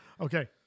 Okay